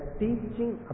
teaching